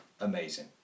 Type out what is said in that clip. Amazing